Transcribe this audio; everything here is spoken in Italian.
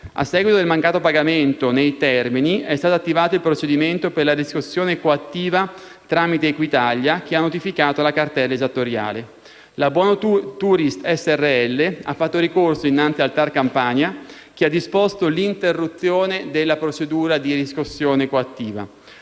A seguito del mancato pagamento nei termini, è stato attivato il procedimento per la riscossione coattiva tramite Equitalia, che ha notificato la cartella esattoriale. La Buonotourist Srl ha fatto ricorso innanzi al TAR Campania, che ha disposto l'interruzione della procedura di riscossione coattiva.